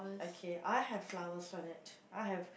okay I have flowers on it I have